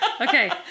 Okay